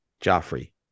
Joffrey